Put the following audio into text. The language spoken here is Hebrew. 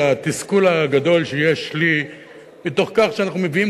על התסכול הגדול שיש לי מתוך כך שאנחנו מביאים